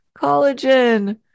Collagen